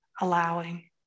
allowing